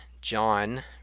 John